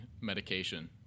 medication